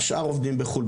השאר עובדים בחו"ל,